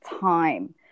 time